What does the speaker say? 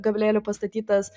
gabalėlių pastatytas